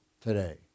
today